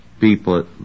people